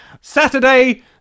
Saturday